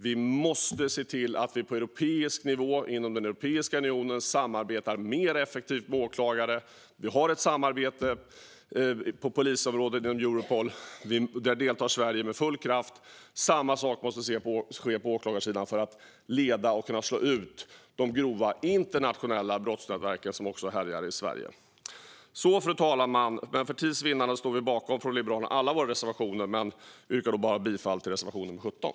Vi måste se till att vi på europeisk nivå, inom Europeiska unionen, samarbetar mer effektivt mellan åklagare. Vi har ett samarbete på polisområdet genom Europol, där Sverige deltar med full kraft. Samma sak måste ske på åklagarsidan för att vi ska kunna slå ut de grova internationella brottsnätverk som också härjar i Sverige. Fru talman! Vi från Liberalerna står bakom alla våra reservationer, men för tids vinnande yrkar jag bifall bara till reservation nr 17.